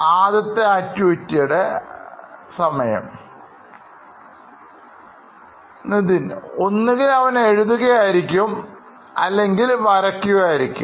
ആദ്യത്തെ ആക്ടിവിറ്റിയുടെ സമയം Nithin ഒന്നുകിൽ അവൻ എഴുതുക ആയിരിക്കും അല്ലെങ്കിൽ വരയ്ക്കുക ആയിരിക്കും